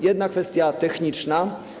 I kwestia techniczna.